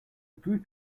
group